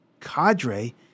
cadre